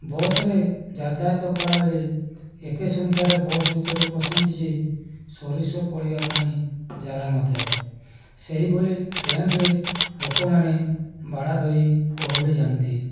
ବସ୍ରେ ଯାତାୟାତ କଲାବେଳେ ଏତେ ସଂଖ୍ୟାରେ ବସ୍ ଭିତରେ ପଶନ୍ତି ଯେ ସୋରିଷ ପଡ଼ିବା ପାଇଁ ଜାଗା ନଥାଏ ସେଇଭଳି ଟ୍ରେନ୍ରେ ଲୋକମାନେ ବାଡ଼ା ଧରି ଓହଳି ଯାଆନ୍ତି